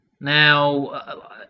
Now